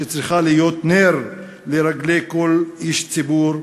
שצריכה להיות נר לרגלי כל איש ציבור,